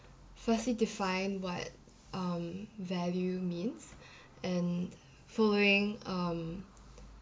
firstly define what um value means and following um